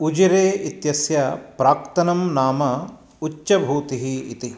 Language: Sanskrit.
उजिरे इत्यस्य प्राक्तनं नाम उच्चभूतिः इति